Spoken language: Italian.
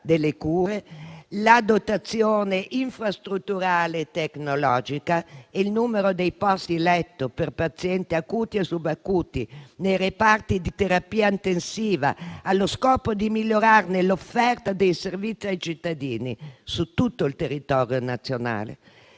delle cure, la dotazione infrastrutturale e tecnologica, il numero dei posti letto per pazienti acuti o subacuti nei reparti di terapia intensiva, allo scopo di migliorarne l'offerta dei servizi ai cittadini su tutto il territorio nazionale.